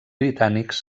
britànics